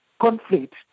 conflict